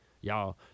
Y'all